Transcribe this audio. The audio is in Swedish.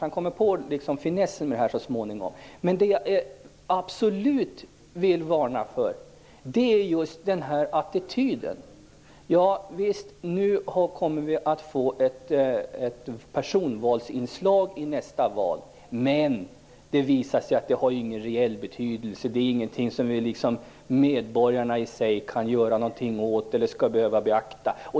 Han kommer kanske på finessen så småningom. Det jag absolut vill varna för är attityden. Nu kommer vi att få ett personvalsinslag i nästa val, men vissa menar att det inte kommer att få någon reell betydelse. Det är ingenting som medborgarna kan göra någonting åt eller skall behöva beakta.